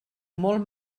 molt